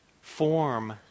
form